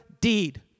deed